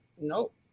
Nope